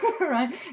right